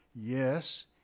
Yes